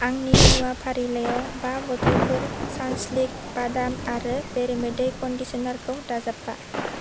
आंनि मुवा फारिलाइयाव बा बथ'लफोर सान्सिल्क बादाम आरो बेरेमोदै कन्डिसनारखौ दाजाबफा